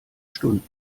stunden